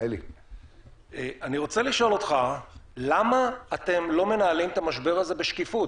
אני רוצה לשאול אותך למה אתם לא מנהלים את המשבר הזה בשקיפות.